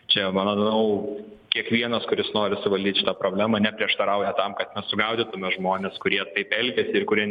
čia manau kiekvienas kuris nori suvaldyt šitą problemą neprieštarauja tam kad mes sugaudytume žmones kurie taip elgiasi ir kurie